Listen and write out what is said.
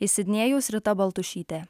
iš sidnėjaus rita baltušytė